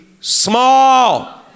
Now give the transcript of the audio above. small